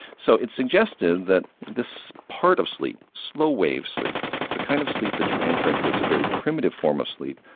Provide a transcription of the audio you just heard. so it suggested that this part of sleep, slow wave sleep, is the kind of sleep that you enter into, it's a very primitive form of sleep,